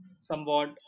somewhat